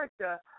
character